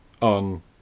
on